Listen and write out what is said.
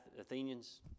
Athenians